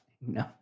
No